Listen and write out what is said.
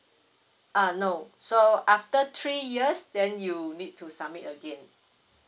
err no so after three years then you need to submit again